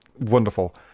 wonderful